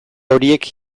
horiek